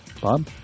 Bob